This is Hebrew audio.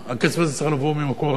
אבל הכסף הזה צריך לבוא ממקור אחר.